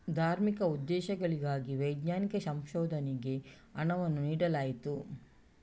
ಧಾರ್ಮಿಕ ಉದ್ದೇಶಗಳಿಗಾಗಿ ವೈಜ್ಞಾನಿಕ ಸಂಶೋಧನೆಗೆ ಹಣವನ್ನು ನೀಡಲಾಯಿತು